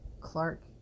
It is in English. Clark